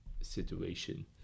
situation